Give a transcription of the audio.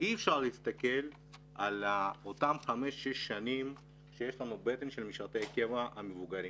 אי אפשר להסתכל על אותן חמש-שש שנים של משרתי קבע המבוגרים.